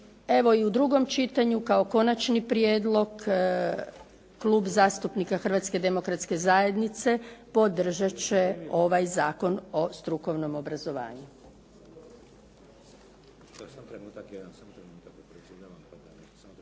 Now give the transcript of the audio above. Evo i u drugom čitanju kao konačni prijedlog, Klub zastupnika Hrvatske demokratske zajednice, podržat će ovaj Zakon o strukovnom obrazovanju.